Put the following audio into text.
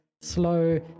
slow